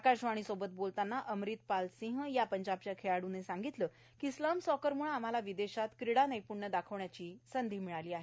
आकाशवाणीसोबत बोलतांना अमरित ाल सिंह या जाबच्या खेळाडूंनी सांगितलं की स्लम सॉकरम्ळे आम्हाला विदेशात क्रीडानै ण्य दाखवण्याची संधी मिळाली आहे